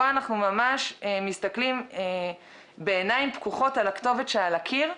פה אנחנו ממש מסתכלים בעיניים פקוחות על הכתובת שעל הקיר,